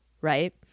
Right